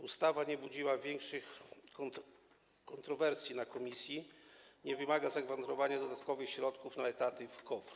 Ustawa nie budziła większych kontrowersji na posiedzeniu komisji, nie wymaga zagwarantowania dodatkowych środków na etaty w KOWR.